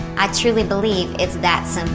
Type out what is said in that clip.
i truly believe it's that simple